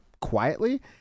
quietly